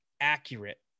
accurate